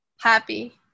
happy